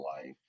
life